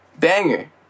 Banger